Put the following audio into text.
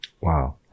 Wow